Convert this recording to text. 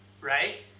Right